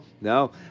no